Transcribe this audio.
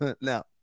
Now